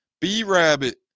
B-Rabbit